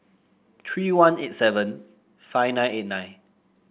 three one eight seven five nine eight nine